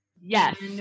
Yes